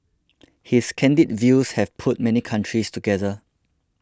his candid views have put many countries together